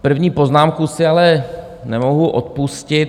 První poznámku si ale nemohu odpustit.